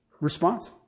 Response